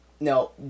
No